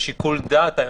שיקול דעת.